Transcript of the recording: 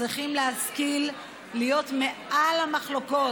צריכים להשכיל להיות מעל המחלוקות,